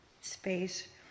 space